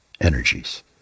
energies